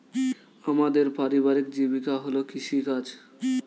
আমাদের পারিবারিক জীবিকা হল কৃষিকাজ